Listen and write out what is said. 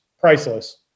priceless